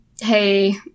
hey